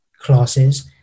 classes